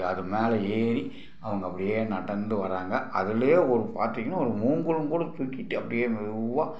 அது மேலே ஏறி அவங்க அப்படியே நடந்து வர்றாங்கள் அதுலேயே ஒரு பார்த்தீங்கன்னா ஒரு மூங்கிலுங்கூட தூக்கிட்டு அப்படியே மெதுவாக